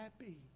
happy